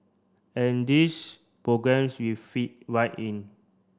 and these programmes we fit right in